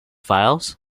files